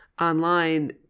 online